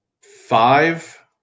five